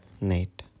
night